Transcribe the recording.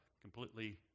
completely